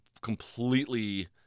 completely